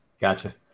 gotcha